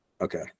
okay